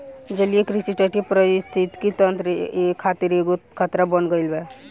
जलीय कृषि तटीय परिस्थितिक तंत्र खातिर एगो खतरा बन गईल बा